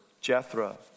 Jethro